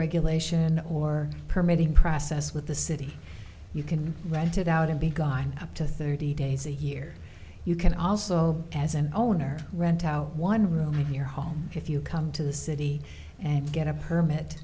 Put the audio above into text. regulation or permitting process with the city you can rent it out of the guy up to thirty days a year you can also as an owner rent out one room in your home if you come to the city and get a permit